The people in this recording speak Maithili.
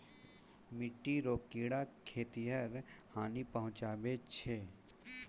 मिट्टी रो कीड़े खेतीहर क हानी पहुचाबै छै